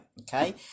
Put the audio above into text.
Okay